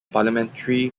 parliamentary